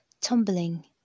tumbling